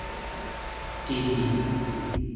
TV